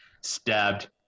stabbed